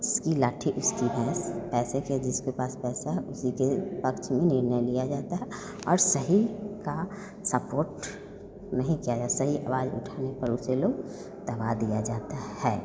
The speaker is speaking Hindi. जिसकी लाठी उसकी भैंस पैसे से जिसके पास पैसा है उसी के पक्ष में निर्णय लिया जाता है और सही का सपोट नहीं किया जा सही आवाज़ उठाने पर उसे लोग दबा दिया जाता है